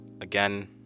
Again